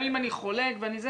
גם אם אני חולק ואני זה,